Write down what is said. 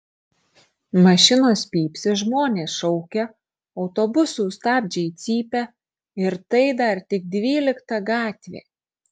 mašinos pypsi žmonės šaukia autobusų stabdžiai cypia ir tai dar tik dvylikta gatvė